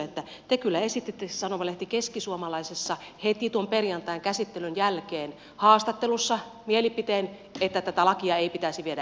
te kyllä esititte sanomalehti keskisuomalaisessa heti tuon perjantain käsittelyn jälkeen haastattelussa mielipiteen että tätä lakia ei pitäisi viedä eteenpäin